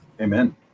Amen